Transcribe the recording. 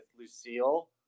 Lucille